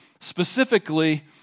specifically